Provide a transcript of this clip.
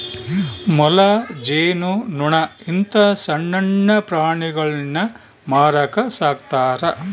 ಮೊಲ, ಜೇನು ನೊಣ ಇಂತ ಸಣ್ಣಣ್ಣ ಪ್ರಾಣಿಗುಳ್ನ ಮಾರಕ ಸಾಕ್ತರಾ